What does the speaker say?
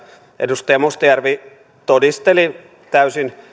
edustaja mustajärvi todisteli täysin